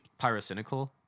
Pyrocynical